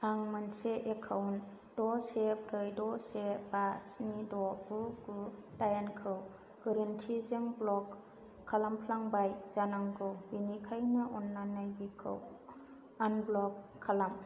आं मोनसे एकाउन्ट द' से ब्रै द' से बा स्नि द' गु गु दाइनखौ गोरोनथिजों ब्ल'क खालामफ्लांबाय जानांगौ बेनिखायनो अन्नानै बेखौ आनब्ल'क खालाम